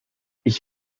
ich